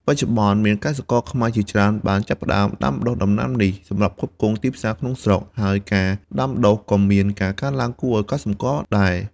បច្ចុប្បន្ន មានកសិករខ្មែរជាច្រើនបានចាប់ផ្តើមដាំដុះដំណាំនេះសម្រាប់ផ្គត់ផ្គង់ទីផ្សារក្នុងស្រុក ហើយការដាំដុះក៏មានការកើនឡើងគួរឱ្យកត់សម្គាល់ដែរ។